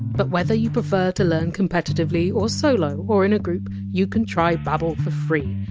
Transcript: but whether you prefer to learn competitively, or solo, or in a group, you can try babbel for free.